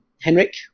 Henrik